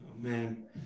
man